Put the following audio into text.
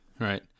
right